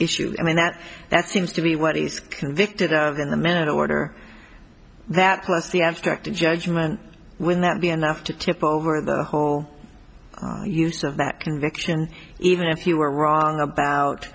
issue i mean that that seems to be what he's convicted of in the minute order that plus the abstract judgement when that be enough to tip over the whole use of that conviction even if you were wrong about